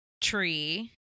tree